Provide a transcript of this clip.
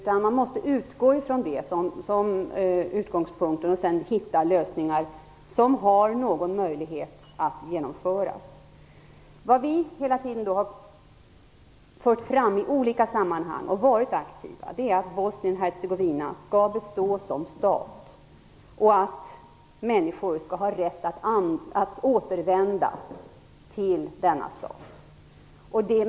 Man måste utgå från det och sedan hitta lösningar som har någon möjlighet att genomföras. I olika sammanhang har vi varit aktiva, och vi har hela tiden fört fram att Bosnien-Hercegovina skall bestå som stat och att människor skall ha rätt att återvända till denna stat.